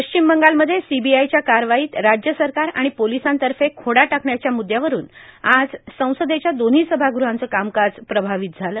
पश्चिम बंगालमध्ये सीबीआयच्या कारवाईत राज्य सरकार आणि पोलिसांतर्फे खोडा टाकण्याच्या मुद्यावरून आज संसदेच्या दोव्ही सभाग्रहाचं कामकाज प्रभावित झालं